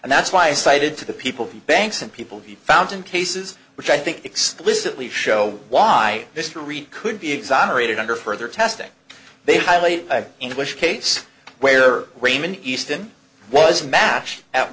and that's why i cited to the people banks and people be found in cases which i think explicitly show why mr ried could be exonerated under further testing they highly english case where raymond easton was mash at